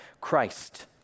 Christ